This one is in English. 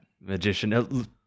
Magician